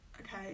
okay